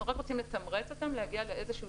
אנחנו רק רוצים לתמרץ אותם להגיע לאיזשהו